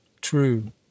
True